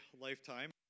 lifetime